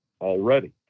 already